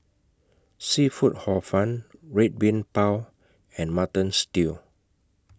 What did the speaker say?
Seafood Hor Fun Red Bean Bao and Mutton Stew